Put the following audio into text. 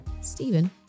Stephen